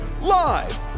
Live